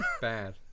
bad